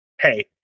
Hey